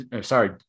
sorry